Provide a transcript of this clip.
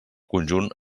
conjunt